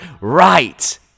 right